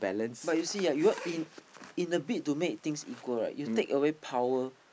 but you see ah you want in in the bid to make things equal right you take away power